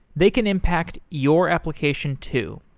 they can impact your application too.